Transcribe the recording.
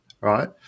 Right